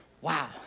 Wow